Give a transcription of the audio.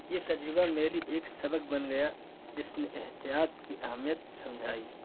یہ تجربہ میرے لیے ایک سبق بن گیا جس نے احتیاط کی اہمیت سمجھائی